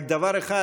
רק דבר אחד,